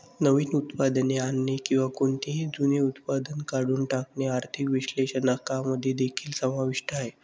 नवीन उत्पादने आणणे किंवा कोणतेही जुने उत्पादन काढून टाकणे आर्थिक विश्लेषकांमध्ये देखील समाविष्ट आहे